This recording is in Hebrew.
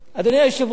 אדוני היושב-ראש,